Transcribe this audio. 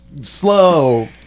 slow